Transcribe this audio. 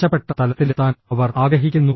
മെച്ചപ്പെട്ട തലത്തിലെത്താൻ അവർ ആഗ്രഹിക്കുന്നു